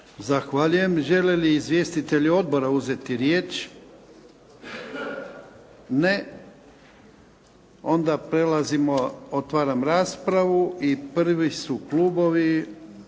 Zahvaljujem. Žele li izvjestitelji odbora uzeti riječ? Ne. Onda prelazimo, otvaram raspravu. Prvi su klubovi.